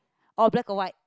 or black or white